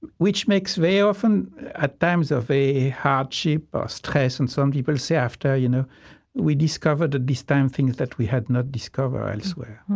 which makes very often at times of hardship or stress. and some people say after, you know we discovered, at this time, things that we had not discovered elsewhere.